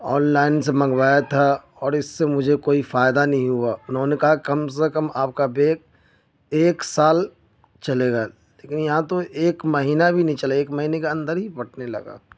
online سے منگوایا تھا اور اس سے مجھے کوئی فائدہ نہیں ہوا انہوں نے کہا کم سے کم آپ کا بیگ ایک سال چلے گا لیکن یہاں تو ایک مہینہ بھی نہیں چلا ایک مہینے کے اندر ہی پھٹنے لگا